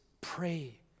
pray